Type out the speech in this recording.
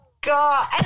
God